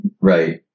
right